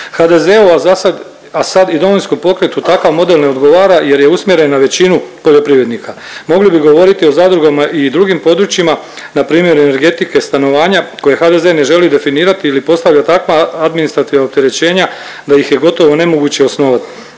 zasad, a sad i Domovinskom pokretu takav model ne odgovara jer je usmjeren na većinu poljoprivrednika. Mogli bi govoriti o zadrugama i u drugim područjima npr. energetike stanovanja koje HDZ ne želi definirati ili postavlja takva administrativna opterećenja da ih je gotovo nemoguće osnovat.